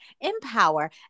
empower